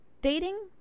dating